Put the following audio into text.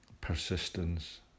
persistence